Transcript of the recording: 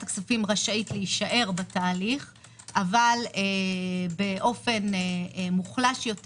הכספים רשאית להישאר בתהליך אבל באופן מוחלש יותר